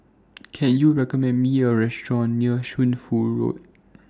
Can YOU recommend Me A Restaurant near Shunfu Road